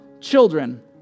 children